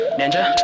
ninja